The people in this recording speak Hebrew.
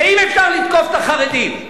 זה אם אפשר לתקוף את החרדים.